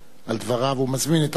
אני מזמין את אחרון הדוברים,